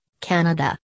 Canada